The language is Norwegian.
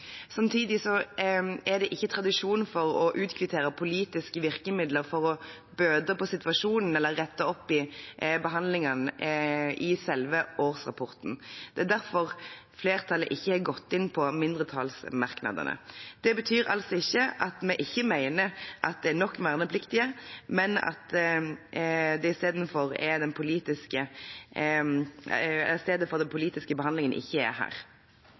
Samtidig er det ikke tradisjon for å utkvittere politiske virkemidler for å bøte på situasjonen eller rette opp i behandlingen i selve årsrapporten. Det er derfor flertallet ikke har gått inn på mindretallsmerknadene. Det betyr ikke at vi ikke mener at det er nok vernepliktige, men at den politiske behandlingen ikke er